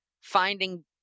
finding